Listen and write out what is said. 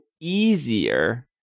Easier